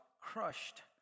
crushed